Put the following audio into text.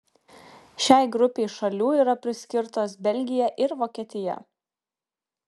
šiai grupei šalių yra priskirtos belgija ir vokietija